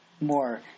more